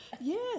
Yes